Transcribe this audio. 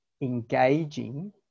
engaging